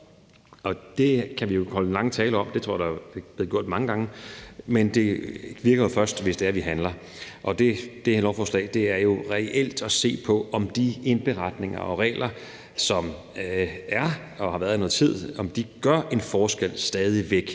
Det kan vi holde lange taler om – det tror jeg der er blevet gjort mange gange – men det virker jo først, hvis vi handler. Og det her lovforslag handler reelt om at se på, om de indberetninger og regler, som er og har været der i noget tid, stadig væk gør en forskel,